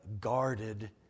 guarded